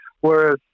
whereas